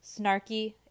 Snarky